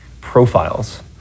profiles